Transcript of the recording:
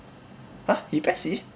!huh! he PES C